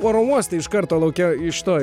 oro uostą iš karto lauke iš to